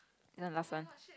then the last one